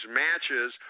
matches